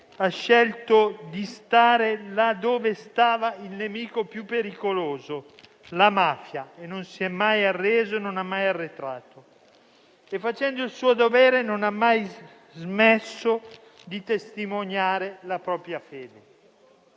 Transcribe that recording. ha scelto di stare là dove stava il nemico più pericoloso, la mafia, e non si è mai arreso e non ha mai arretrato. Facendo il suo dovere, non ha mai smesso di testimoniare la propria fede.